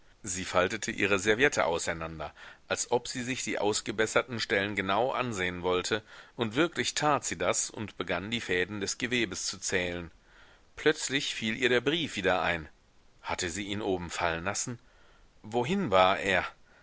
sie faltete ihre serviette auseinander als ob sie sich die ausgebesserten stellen genau ansehen wollte und wirklich tat sie das und begann die fäden des gewebes zu zählen plötzlich fiel ihr der brief wieder ein hatte sie ihn oben fallen lassen wohin war er